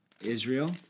Israel